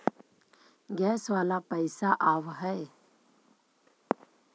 Gas वाला पैसा आव है?